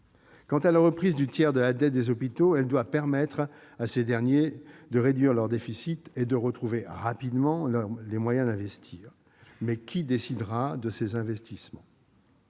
Quant à la reprise du tiers de la dette des hôpitaux, elle doit permettre à ces derniers de réduire leur déficit et de retrouver rapidement les moyens d'investir. Mais qui décidera de ces investissements ?